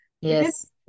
yes